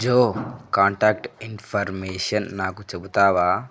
జో contact information నాకు చెబుతావా